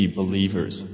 believers